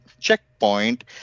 Checkpoint